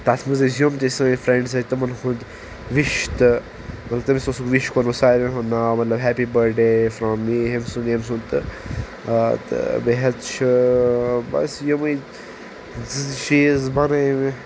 تتھ منٛز ٲسۍ یم تہ سٲنۍ فرینڈس ٲسۍ تِمن ہنٛد وِش تہ مطلب تٕمس اوسکھ وِش کوٚرمُت ساروی ہنٛد ناو مطلب happy birthday from me ۂمۍ سنٛد ییٚمۍ سنٛد تہ تہٕ بییہ حظ چھُ بس یمے زٕ چیٖز بنٲوۍ مٚے